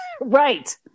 right